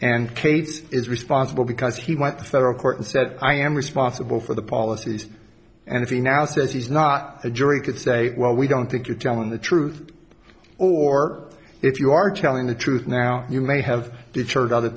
and cades is responsible because he went to federal court and said i am responsible for the policies and if he now says he's not a jury could say well we don't think you're telling the truth or if you are telling the truth now you may have deterred other